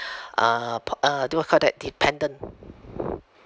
uh po~ uh do uh call that dependant